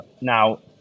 Now